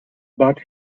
but